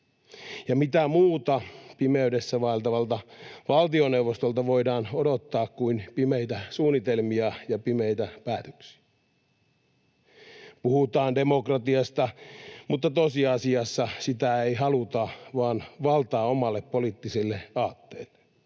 ja mitä muuta pimeydessä vaeltavalta valtioneuvostolta voidaan odottaa kuin pimeitä suunnitelmia ja pimeitä päätöksiä. Puhutaan demokratiasta, mutta tosiasiassa ei haluta sitä vaan valtaa omalle poliittiselle aatteelle.